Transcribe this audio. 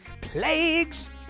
Plagues